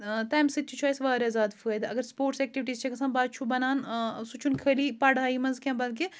تَمہِ سۭتۍ تہِ چھُ اَسہِ واریاہ زیادٕ فٲیدٕ اگر سٕپوٹٕس اٮ۪کٹِوِٹیٖز چھےٚ گژھان بَچہٕ چھُ بَنان سُہ چھُنہٕ خٲلی پَڑھایہِ منٛز کینٛہہ بلکہِ